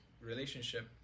relationship